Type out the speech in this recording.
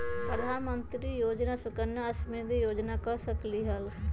प्रधानमंत्री योजना सुकन्या समृद्धि योजना कर सकलीहल?